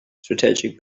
strategic